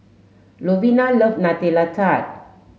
Lovina love Nutella Tart